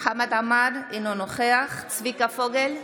חמד עמאר, אינו נוכח צביקה פוגל,